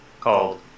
called